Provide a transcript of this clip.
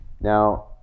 Now